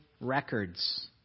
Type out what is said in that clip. records